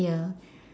ya